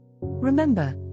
Remember